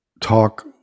talk